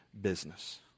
business